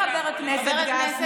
חבר הכנסת גפני.